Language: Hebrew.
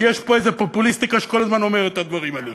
כי יש פה איזה פופוליסטיקה שכל הזמן אומרת את הדברים האלה.